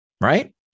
right